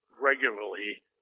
regularly